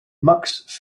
max